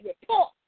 report